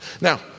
Now